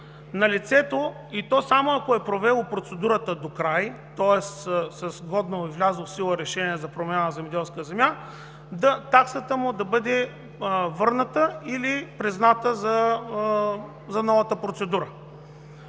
на лицето, и то само ако е провело процедурата докрай, тоест с годно, влязло в сила решение за промяна на земеделска земя, таксата му да бъде върната или призната за новата процедура.